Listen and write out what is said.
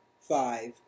five